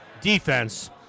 defense